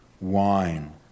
wine